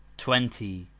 twenty